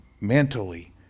mentally